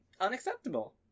Unacceptable